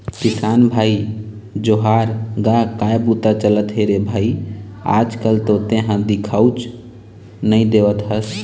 किसान भाई जय जोहार गा काय बूता चलत हे रे भई आज कल तो तेंहा दिखउच नई देवत हस?